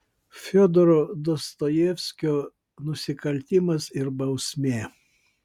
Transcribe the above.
fiodoro dostojevskio nusikaltimas ir bausmė